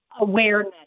awareness